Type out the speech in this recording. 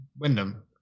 wyndham